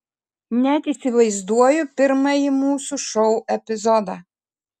net įsivaizduoju pirmąjį mūsų šou epizodą